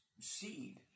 seed